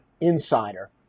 Insider